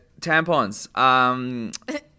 tampons